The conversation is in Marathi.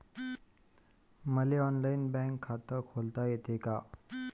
मले ऑनलाईन बँक खात खोलता येते का?